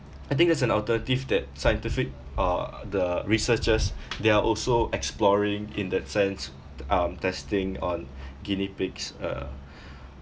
I think that's an alternative that scientific uh the researchers they are also exploring in that sense um testing on guinea pigs uh